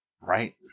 right